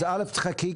אז א' תחכי,